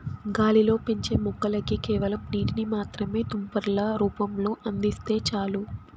గాలిలో పెంచే మొక్కలకి కేవలం నీటిని మాత్రమే తుంపర్ల రూపంలో అందిస్తే చాలు